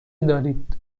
دارید